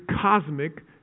cosmic